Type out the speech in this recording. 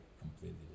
completely